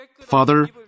Father